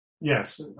Yes